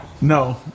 No